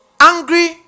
angry